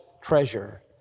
treasure